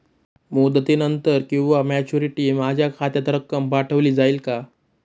मुदतीनंतर किंवा मॅच्युरिटी माझ्या खात्यात रक्कम पाठवली जाईल का?